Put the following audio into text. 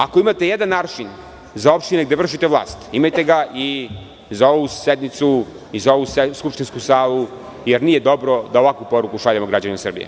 Ako imate jedan aršin za opštine gde vršite vlast, imajte ga i za ovu sednicu i za ovu skupštinsku salu, jer nije dobro da ovakvu poruku šaljemo građanima Srbije.